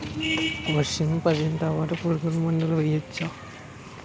వర్షం పడిన తర్వాత పురుగు మందులను వేయచ్చా?